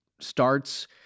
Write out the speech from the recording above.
starts-